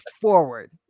forward